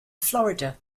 florida